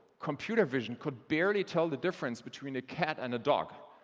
computer vision could barely tell the difference between a cat and a dog.